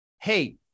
Hey